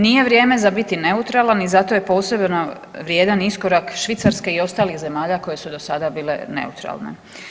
Nije vrijeme za biti neutralan i zato je posebno vrijedan iskorak Švicarske i ostalih zemalja koje su do sada bile neutralne.